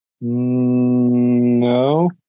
No